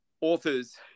authors